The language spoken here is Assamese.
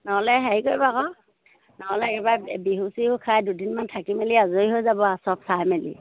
নহ'লে হেৰি কৰিবা আকৌ নহ'লে একেবাৰে বিহু চহু খাই দুদিনমান থাকি মেলি আজৰি হৈ যাব আৰু চব খাই মেলি